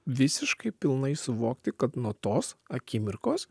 visiškai pilnai suvokti kad nuo tos akimirkos